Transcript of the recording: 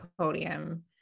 podium